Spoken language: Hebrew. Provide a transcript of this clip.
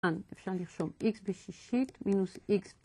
ואפשר לרשום x בשישית מינוס x